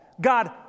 God